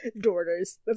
Daughters